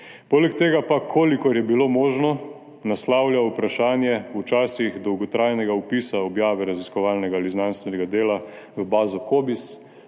poleg tega pa, kolikor je bilo možno, naslavlja vprašanje včasih dolgotrajnega vpisa objave raziskovalnega ali znanstvenega dela v bazo COBISS.